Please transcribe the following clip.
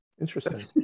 Interesting